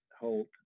Holt